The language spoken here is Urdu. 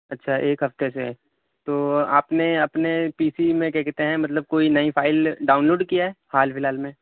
اچھا ایک ہفتہ سے تو آپ نے اپنے پی سی میں کیا کہتے ہیں مطلب کوئی نئی فائل ڈاؤن لوڈ کیا ہے حال فی الحال میں